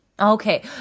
Okay